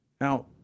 Now